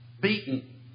beaten